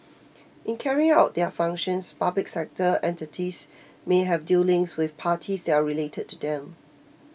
in carrying out their functions public sector entities may have dealings with parties that are related to them